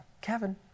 Kevin